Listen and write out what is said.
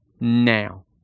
now